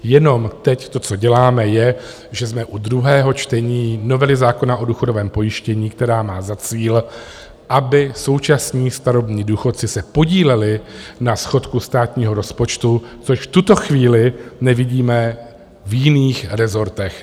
Jenom teď to, co děláme, je, že jsme u druhého čtení novely zákona o důchodovém pojištění, která má za cíl, aby současní starobní důchodci se podíleli na schodku státního rozpočtu, což v tuto chvíli nevidíme v jiných rezortech.